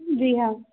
جی ہاں